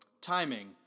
timing